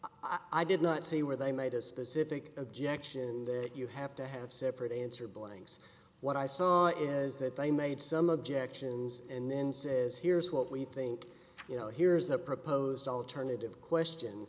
right i did not say where they made a specific objection that you have to have separate answer blanks what i saw is that they made some objections and then says here's what we think you know here's a proposed alternative question